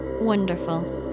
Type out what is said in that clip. Wonderful